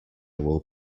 will